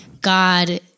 God